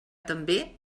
també